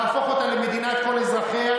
להפוך אותה למדינת כל אזרחיה?